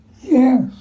Yes